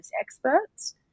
experts